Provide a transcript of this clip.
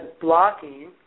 blocking